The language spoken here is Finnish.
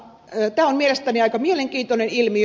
tämä on mielestäni aika mielenkiintoinen ilmiö